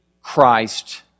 Christ